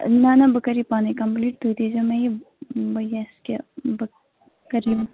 نہَ نہَ بہٕ کَرٕ یہِ پانے کَمپٕیلیٹ تُہۍ دیٖزیٚو مےٚ یہِ بہٕ یہِ کہِ بہٕ کَرٕ یِم